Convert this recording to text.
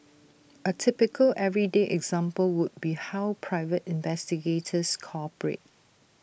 A typical everyday example would be how private investigators cooperate